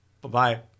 Bye-bye